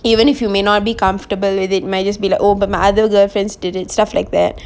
even if you may not be comfortable with it may just be like oh but my other girl friends did it stuff like that